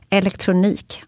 elektronik